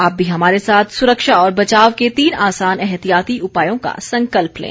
आप भी हमारे साथ सुरक्षा और बचाव के तीन आसान एहतियाती उपायों का संकल्प लें